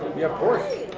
yeah of course,